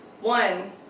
One